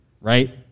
right